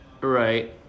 Right